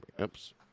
Oops